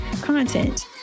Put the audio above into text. content